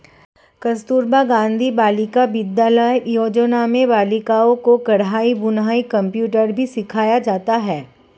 कस्तूरबा गाँधी बालिका विद्यालय योजना में बालिकाओं को कढ़ाई बुनाई कंप्यूटर भी सिखाया जाता है